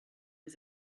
his